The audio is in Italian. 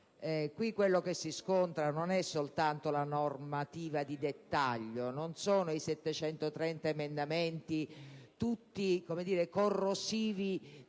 qui quello su cui ci si scontra non è soltanto la normativa di dettaglio, non sono i 730 emendamenti, tutti corrosivi di